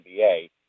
NBA